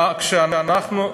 כשאנחנו,